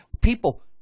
People